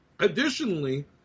Additionally